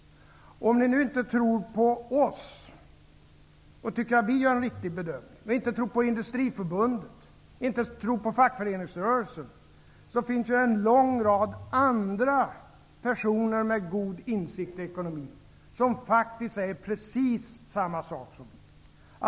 Om ni nu inte tror på oss och tycker att vi gör en riktig bedömning, och om ni inte tror på Industriförbundet och på fackföreningsrörelsen, finns det ju en lång rad andra personer med god insikt i ekonomi som faktiskt säger precis samma sak som vi.